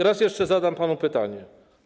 Raz jeszcze zadam panu pytanie.